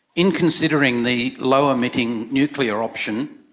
in considering the low emitting nuclear option,